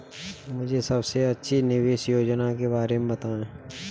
मुझे सबसे अच्छी निवेश योजना के बारे में बताएँ?